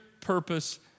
purpose